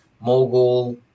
mogul